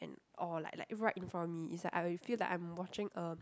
or like like right in front of me is like I feel like I'm watching a